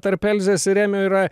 tarp elzės ir remio yra